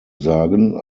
sagen